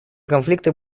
конфликты